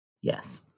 Yes